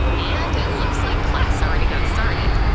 and it looks like class already got started!